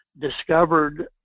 discovered